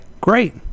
Great